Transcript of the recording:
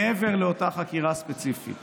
מעבר לאותה חקירה ספציפית